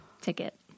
ticket